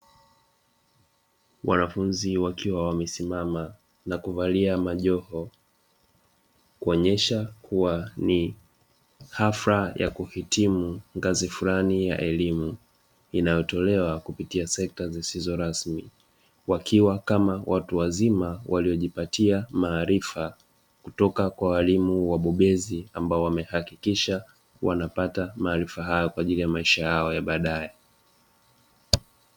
Wanafunzi wakiwa wamesimama na kuvalia majoho kuonyesha kuwa ni hafla ya kuhitimu ngazi flani ya elimu inayotolewa kupitia sekta zisizo rasmi. Wakiwa kama watu wazima waliojipatia maarifa kutoka kwa walimu wabobezi ambao wamehakikisha wanapata maarifa hayo kwa ajili ya maisha yao ya baadaye.